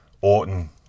Orton